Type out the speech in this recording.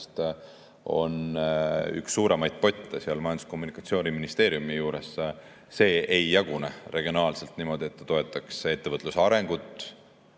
on üks suuremaid potte seal Majandus‑ ja Kommunikatsiooniministeeriumi juures, see ei jagune regionaalselt niimoodi, et ta toetaks ettevõtluse arengut